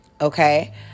Okay